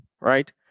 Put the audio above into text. right